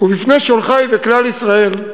ובפני שולחי וכלל ישראל,